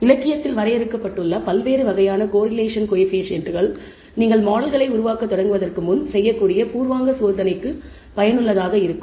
இலக்கியத்தில் வரையறுக்கப்பட்டுள்ள பல்வேறு வகையான கோரிலேஷன் கோயபிசியன்ட்கள் நீங்கள் மாடல்களை உருவாக்கத் தொடங்குவதற்கு முன் செய்யக்கூடிய பூர்வாங்க சோதனைக்கு பயனுள்ளதாக இருக்கும்